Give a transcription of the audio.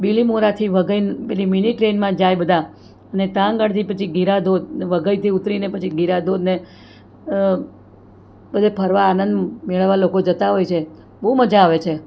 બીલીમોરાથી વઘઈને પેલી મીની ટ્રેનમાં જાય બધા ને ત્યાં આગળથી પછી ગીરાધોધ વઘઈથી ઉતરીને પછી ગીરાધોધને બધે ફરવા આનંદ મેળવવા લોકો જતાં હોય છે બહુ મજા આવે છે